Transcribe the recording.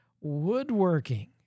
woodworking